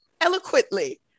Eloquently